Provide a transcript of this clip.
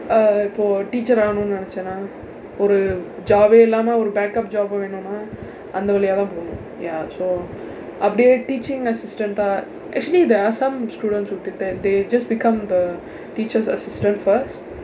err இப்போ:ippoo teacher ஆகணும் நினைச்சேனா ஒரு:aakanum ninaichseenaa oru job-ae இல்லாம ஒரு:illaama oru backup job வேணும்னா அந்த வழியா தான் போனும்:venumnaa andtha vazhiyaa thaan ponum ya so அப்படியே:appadiyee teaching assistant ah actually there are some students who do that they just become the teachers assistant first